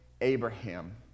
Abraham